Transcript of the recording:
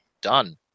done